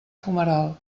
fumeral